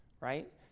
right